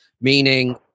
meaning